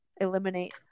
eliminate